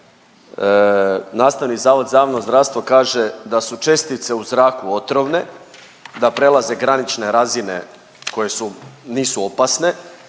Nastavni zavod za javno zdravstvo kaže da su čestice u zraku otrovne, da prelaze granične razine koje su, nisu opasne